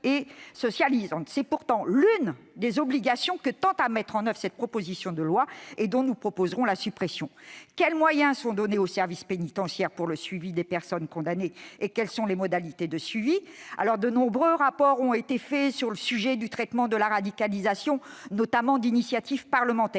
C'est pourtant l'une des obligations que tend à mettre en oeuvre cette proposition de loi, obligation dont nous proposerons la suppression. Quels moyens sont octroyés aux services pénitentiaires pour assurer le suivi des personnes condamnées ? Quelles sont les modalités de ce suivi ? De nombreux rapports ont été faits sur la question du traitement de la radicalisation, notamment sur l'initiative de parlementaires.